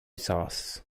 sauce